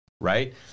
right